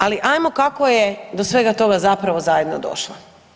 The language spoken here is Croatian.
Ali ajmo kako je do svega toga zapravo zajedno došlo.